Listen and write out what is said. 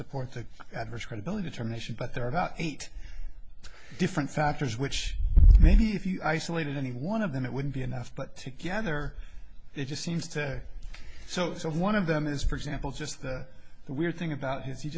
support the adverse credibility term issue but there are about eight different factors which maybe if you isolated any one of them it wouldn't be enough but together it just seems to so so one of them is for example just the weird thing about